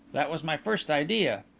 that was my first idea.